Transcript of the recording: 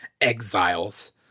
exiles